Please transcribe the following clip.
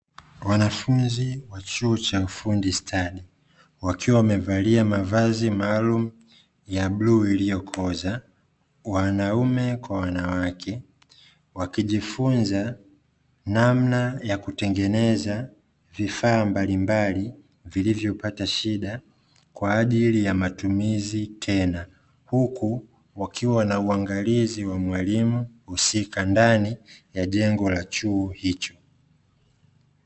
Wanafunzi wa chuo cha ufundi stadi wakiwa wamevalia mavazi maalumu ya ya bluu iliyokoza, wanaume kwa wanawake wakijifunza namna ya kutengeneza vifaa mbalimbali vilivyopata shida kwa ajili ya matumizi tena, huku wakiwa na uangalizi wa mwalimu husika ndani ya jengo la chuo hicho.